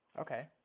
Okay